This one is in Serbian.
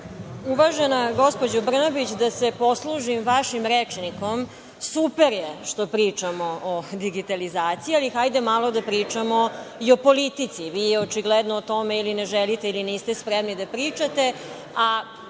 gospođo Brnabić, da se poslužim vašim rečnikom. Super je što pričamo o digitalizaciji, ali hajde malo da pričamo i o politici. Vi očigledno o tome ili ne želite ili niste spremni da pričate. Prvo